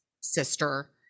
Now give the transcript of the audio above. sister